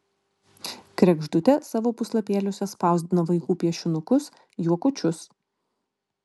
kregždutė savo puslapėliuose spausdina vaikų piešinukus juokučius